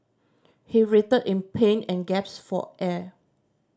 he writhed in pain and gasped for air